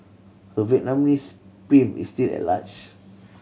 her Vietnamese pimp is still at large